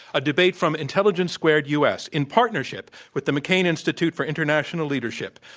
a debate from intelligence squared u. s, in partnership with the mccain institute for international leadership.